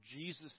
Jesus